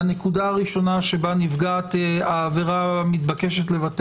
הנקודה הראשונה שבה נפגעת העבירה מתבקשת לוותר